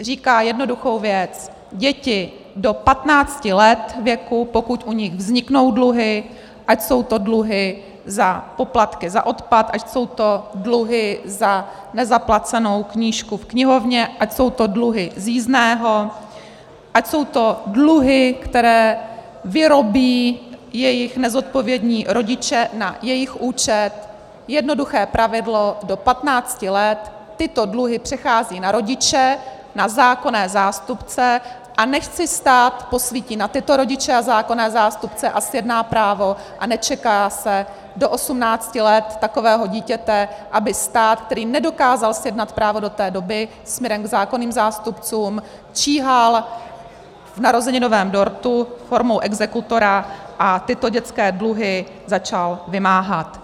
Říká jednoduchou věc: děti do patnácti let věku, pokud u nich vzniknou dluhy, ať jsou to dluhy za poplatky za odpad, ať jsou to dluhy za nezaplacenou knížku v knihovně, ať jsou to dluhy z jízdného, ať jsou to dluhy, které vyrobí jejich nezodpovědní rodiče na jejich účet, jednoduché pravidlo do patnácti let tyto dluhy přecházejí na rodiče, na zákonné zástupce, a nechť si stát posvítí na tyto rodiče a zákonné zástupce a zjedná právo a nečeká se do osmnácti let takového dítěte, aby stát, který nedokázal zjednat právo do té doby směrem k zákonným zástupcům, číhal v narozeninovém dortu formou exekutora a tyto dětské dluhy začal vymáhat.